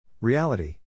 Reality